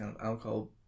alcohol